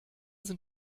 sind